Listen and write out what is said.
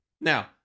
Now